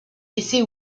laissée